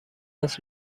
است